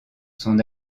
son